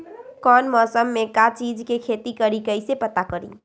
कौन मौसम में का चीज़ के खेती करी कईसे पता करी?